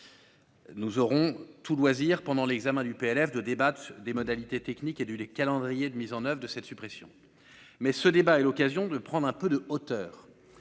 Nous aurons tout loisir pendant l'examen du PLF 2 débattent des modalités techniques et du les calendrier de mise en oeuvre de cette suppression, mais ce débat est l'occasion de prendre un peu de hauteur